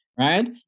right